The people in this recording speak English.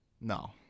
no